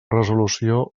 resolució